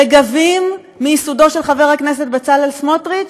רגבים, מייסודו של חבר הכנסת בצלאל סמוטריץ,